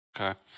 Okay